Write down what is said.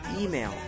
email